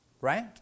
Right